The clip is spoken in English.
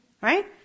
Right